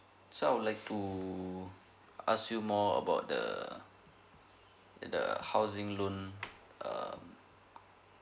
so I would like to ask you more about the the housing loan um